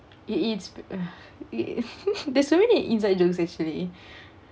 it it's uh there's so many inside jokes actually